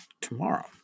tomorrow